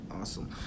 awesome